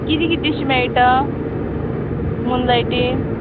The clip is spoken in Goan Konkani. कितें कितें अशें मेयटा मुनलायटीन